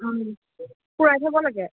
পূৰাই থ'ব লাগে